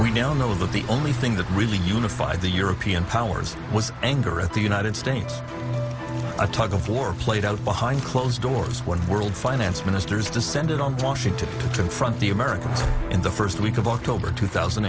that the only thing that really unified the european powers was anger at the united states a tug of war played out behind closed doors when world finance ministers descended on washington to front the americans in the first week of october two thousand